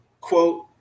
quote